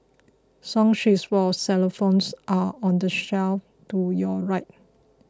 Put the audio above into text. song sheets for xylophones are on the shelf to your right